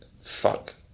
fuck